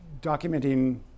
documenting